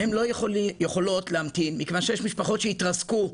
הן לא יכולות להמתין מכיוון שיש משפחות שהתרסקו,